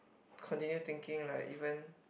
continue thinking like even